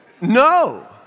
No